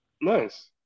Nice